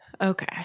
okay